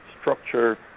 structure